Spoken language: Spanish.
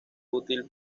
útil